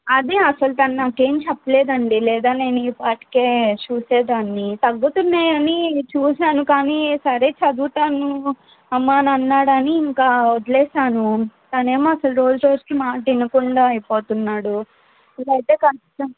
అదే అసలు తను నాకు ఏం చెప్పలేదండి లేదా నేను ఈ పాటికే చూసేదాన్ని తగ్గుతున్నాయని చూశాను కానీ సరే చదువుతాను అమ్మా అన్నాడని ఇంక వదిలేసాను తనేమో రోజు రోజుకి మాట వినకుండా అయిపోతున్నాడు ఇలా అయితే కష్టం